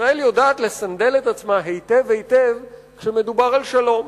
ישראל יודעת לסנדל את עצמה היטב היטב כשמדובר על שלום.